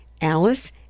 Alice